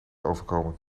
overkomen